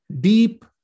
deep